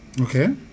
Okay